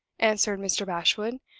answered mr. bashwood,